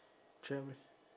travel